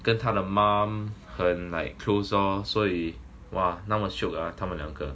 跟他的 mom 很 like closer 所以 !wah! 那么 shiok ah 他们两个